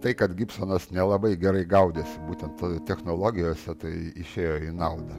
tai kad gibsonas nelabai gerai gaudėsi būtent technologijose tai išėjo į naudą